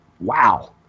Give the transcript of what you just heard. Wow